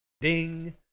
Ding